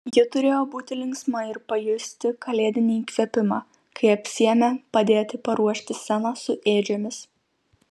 ji turėjo būti linksma ir pajusti kalėdinį įkvėpimą kai apsiėmė padėti paruošti sceną su ėdžiomis